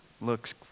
looks